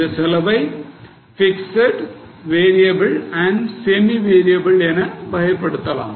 இந்த செலவை fixed variable and semi variable என வகைப்படுத்தலாம்